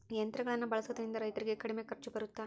ಯಂತ್ರಗಳನ್ನ ಬಳಸೊದ್ರಿಂದ ರೈತರಿಗೆ ಕಡಿಮೆ ಖರ್ಚು ಬರುತ್ತಾ?